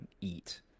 eat